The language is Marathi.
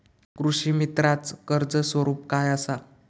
कृषीमित्राच कर्ज स्वरूप काय असा?